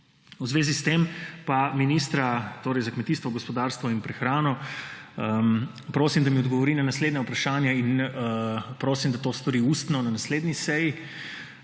V zvezi s tem pa ministra za kmetijstvo, gospodarstvo in prehrano prosim, da mi odgovori na naslednja vprašanja, in prosim, da to stori ustno na naslednji seji: